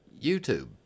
YouTube